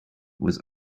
was